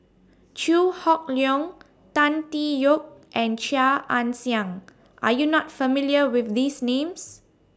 Chew Hock Leong Tan Tee Yoke and Chia Ann Siang Are YOU not familiar with These Names